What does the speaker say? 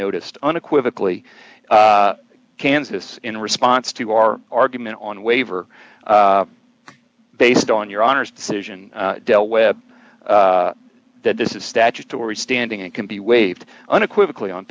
noticed unequivocally kansas in response to our argument on waiver based on your honors decision del webb that this is statutory standing and can be waived unequivocally on